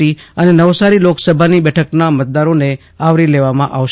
T અને નવસારી લોકસભાની બેઠકોના મતદારોને આવરી લેવામાં આવશે